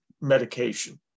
medication